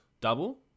double